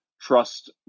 trust